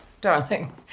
darling